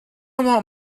want